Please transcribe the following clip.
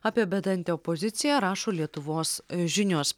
apie bedantę opoziciją rašo lietuvos žinios